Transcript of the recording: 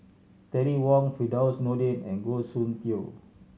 Terry Wong Firdaus Nordin and Goh Soon Tioe